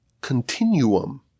continuum